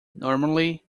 normally